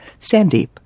Sandeep